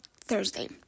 Thursday